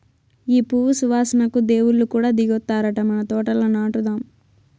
ఈ పువ్వు సువాసనకు దేవుళ్ళు కూడా దిగొత్తారట మన తోటల నాటుదాం